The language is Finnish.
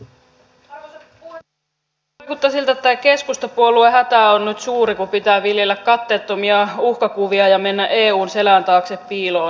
kyllä vaikuttaa siltä että tämä keskustapuolueen hätä on nyt suuri kun pitää viljellä katteettomia uhkakuvia ja mennä eun selän taakse piiloon